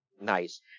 Nice